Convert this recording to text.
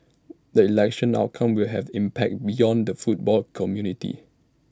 the election outcome will have impact beyond the football community